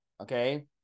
okay